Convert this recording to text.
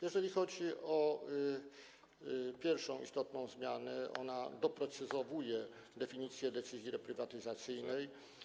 Jeżeli chodzi o pierwszą istotną zmianę, ona doprecyzowuje definicję decyzji reprywatyzacyjnej.